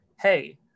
hey